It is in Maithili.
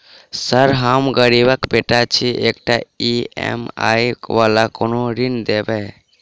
सर हम गरीबक बेटा छी एकटा ई.एम.आई वला कोनो ऋण देबै?